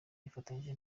bifatanyije